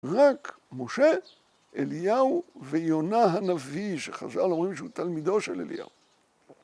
רק משה, אליהו ויונה הנביא שחזר להורים שהוא תלמידו של אליהו.